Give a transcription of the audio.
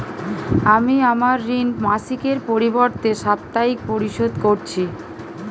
আমি আমার ঋণ মাসিকের পরিবর্তে সাপ্তাহিক পরিশোধ করছি